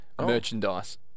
Merchandise